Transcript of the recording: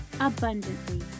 abundantly